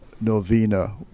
novena